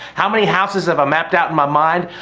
how many houses have i mapped out in my mind?